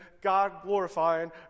God-glorifying